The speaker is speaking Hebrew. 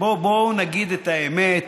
בואו נגיד את האמת,